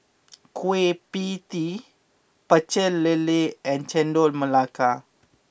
Kueh pPie Tee Pecel Lele and Chendol Melaka